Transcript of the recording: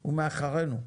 הוא מאחורינו.